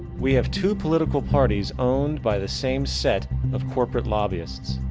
we have two political parties owned by the same set of corporate lobbyists.